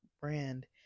brand